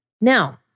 Now